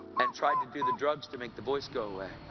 and tried to do the drugs to make the voice go away